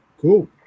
Cool